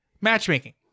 Matchmaking